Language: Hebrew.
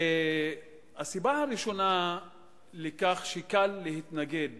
הסיבה הראשונה לכך שקל להתנגד